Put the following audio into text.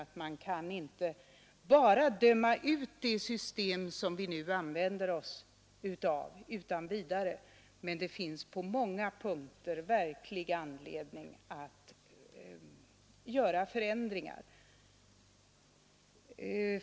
Vi kan inte utan vidare döma ut det system som vi nu använder, men det finns på måna punkter verklig anledning att göra förändringar.